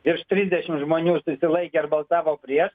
virš trisdešim žmonių susilaikė ar balsavo prieš